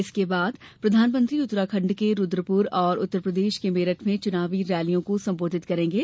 इसके बाद प्रधानमंत्री उत्तराखंड के रूद्रपुर और उत्तर प्रदेश के मेरठ में चुनाव रैलियों को संबोधित करेंगे